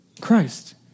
Christ